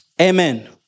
Amen